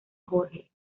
jorge